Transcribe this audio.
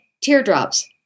teardrops